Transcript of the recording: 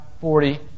forty